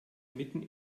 mitten